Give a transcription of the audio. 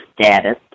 status